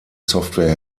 software